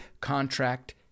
Contract